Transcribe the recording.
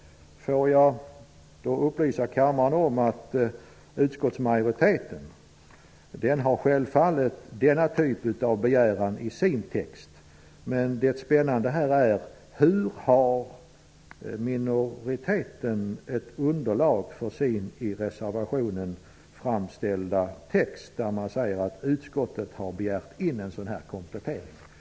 Jag kan upplysa kammaren om att utskottsmajoriteten självfallet har denna typ av begäran i sin text. Men det spännande här är: Hur har minoriteten ett underlag för sin i reservationen framställda text, där man säger att utskottet har begärt in en sådan komplettering? Herr talman!